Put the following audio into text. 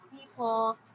people